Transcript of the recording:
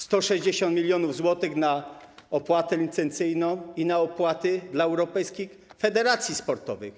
160 mln zł na opłatę licencyjną i na opłaty dla europejskich federacji sportowych.